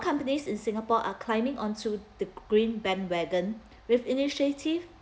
companies in singapore are climbing onto the green bandwagon with initiative